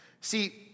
See